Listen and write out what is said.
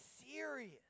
serious